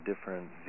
different